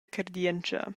cardientscha